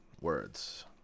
words